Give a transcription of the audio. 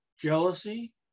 jealousy